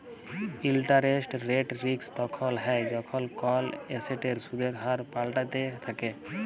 interest rate risk তখল হ্যয় যখল কল এসেটের সুদের হার পাল্টাইতে থ্যাকে